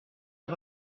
and